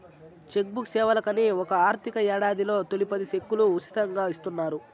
check book సేవలకని ఒక ఆర్థిక యేడాదిలో తొలి పది సెక్కులు ఉసితంగా ఇస్తున్నారు